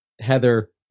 Heather